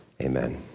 Amen